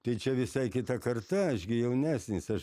tai čia visai kita karta aš gi jaunesnis aš